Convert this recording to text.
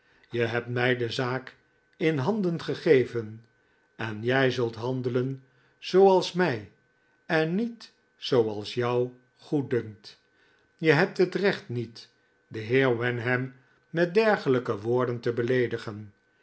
je hebt mij de zaak in handen gegeven en jij zult handelen zooals mij en niet zooals jou goeddunkt je hebt het recht niet den heer wenham met dergelijke woorden te beleedigen